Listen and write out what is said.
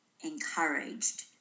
encouraged